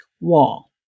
wall